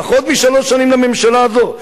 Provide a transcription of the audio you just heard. פחות משלוש שנים לממשלה הזאת,